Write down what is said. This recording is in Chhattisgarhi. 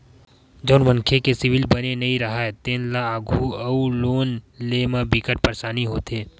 जउन मनखे के सिविल बने नइ राहय तेन ल आघु अउ लोन लेय म बिकट परसानी होथे